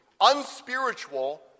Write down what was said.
unspiritual